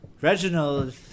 Reginald